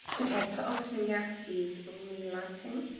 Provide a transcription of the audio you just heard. the test for oxygen gas is relighting,